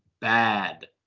bad